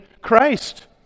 Christ